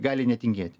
gali netingėti